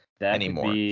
anymore